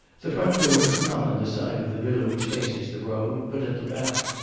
the front door is not on the side of the villa which faces the road, but at the back.